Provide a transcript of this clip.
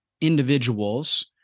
individuals